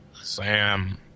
Sam